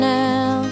now